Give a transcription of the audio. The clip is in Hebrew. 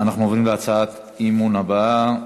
אנחנו עוברים להצעת האי-אמון הבאה,